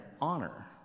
honor